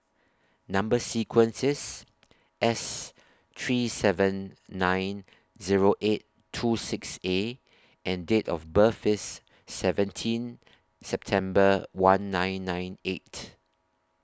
Number sequence IS S three seven nine Zero eight two six A and Date of birth IS seventeen September one nine nine eight